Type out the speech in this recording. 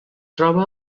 troba